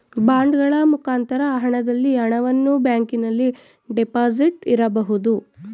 ಬಾಂಡಗಳ ಮುಖಾಂತರ ಹಣದಲ್ಲಿ ಹಣವನ್ನು ಬ್ಯಾಂಕಿನಲ್ಲಿ ಡೆಪಾಸಿಟ್ ಇರಬಹುದು